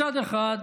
מצד אחד,